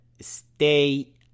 stay